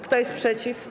Kto jest przeciw?